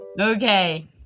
Okay